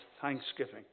thanksgiving